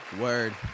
Word